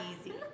easy